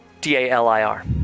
D-A-L-I-R